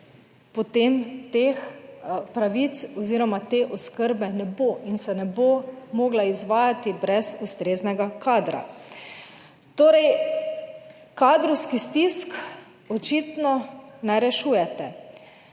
potem teh pravic oziroma te oskrbe ne bo in se ne bo mogla izvajati brez ustreznega kadra. Torej, kadrovskih stisk očitno ne rešujete.